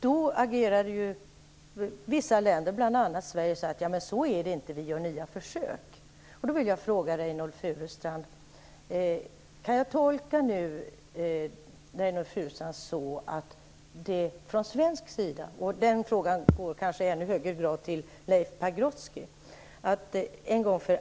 Då menade vissa länder, bl.a. Sverige, att så inte var fallet, utan att man skulle göra nya försök. Jag vill då ställa en fråga till Reynoldh Furustrand, en fråga som kanske i ännu högre grad riktar sig till Leif Pagrotsky.